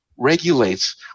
regulates